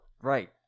Right